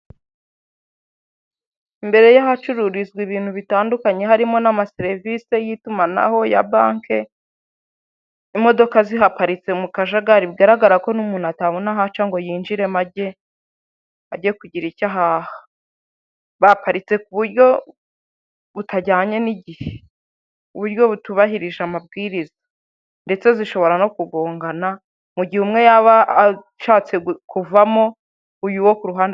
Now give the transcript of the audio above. Imbere y'ahacururizwa ibintu bitandukanye harimo n'ama servite y'itumanaho ya banki imodoka zihaparitse mu kajagari bigaragara ko nu muntu atabona aho aca ngo yinjiremo ajye kugira icyo ahaha baparitse ku buryo butajyanye n'igihe uburyo butubahirije amabwiriza ndetse zishobora no kugongana mu gihe umwe yaba ashatse kuvamo uyu wo kuruhande.